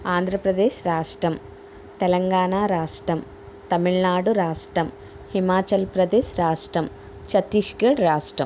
ఆంధ్రప్రదేశ్ రాష్టం తెలంగాణ రాష్టం తమిళనాడు రాష్టం హిమాచల్ప్రదేశ్ రాష్టం ఛత్తీస్ఘడ్ రాష్టం